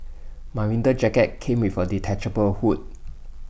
my winter jacket came with A detachable hood